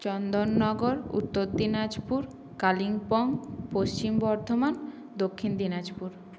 Chandannagar Uttar Dinajpur Kalimpong Paschim Bardhaman Dakshin Dinajpur